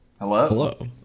hello